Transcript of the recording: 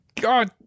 God